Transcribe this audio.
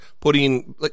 putting